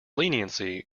leniency